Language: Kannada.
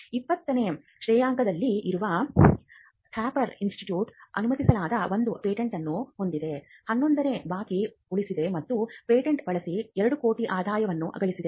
20 ನೇ ಶ್ರೇಯಾಂಕದಲ್ಲಿ ಇರುವ ಥಾಪರ್ ಇನ್ಸ್ಟಿಟ್ಯೂಟ್ ಅನುಮತಿಸಲಾದ 1 ಪೇಟೆಂಟ್ ಅನ್ನು ಹೊಂದಿದೆ 11 ಬಾಕಿ ಉಳಿದಿದೆ ಮತ್ತು ಪೇಟೆಂಟ್ ಬಳಸಿ 2 ಕೋಟಿ ಆದಾಯವನ್ನು ಗಳಿಸಿದೆ